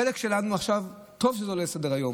החלק שלנו עכשיו, טוב שזה עולה לסדר-היום.